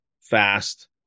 fast